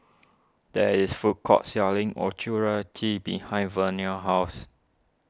there is food court selling Ochazuke behind Vernell's house